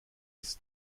bis